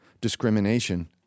discrimination